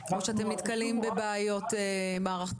או שאתם נתקלים בבעיות מערכתיות?